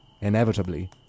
inevitably